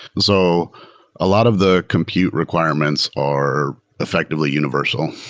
so a lot of the compute requirements are effectively universal,